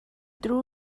drew